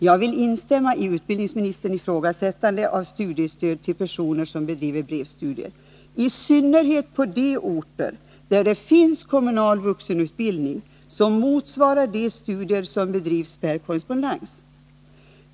Jag vill instämma i utbildningsministerns ifrågasättande av studiestöd till personer som bedriver brevstudier, i synnerhet på de orter där det finns kommunal vuxenutbildning som motsvarar de studier som bedrivs per korrespondens.